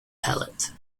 pellet